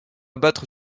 battre